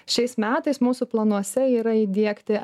šiais metais mūsų planuose yra įdiegti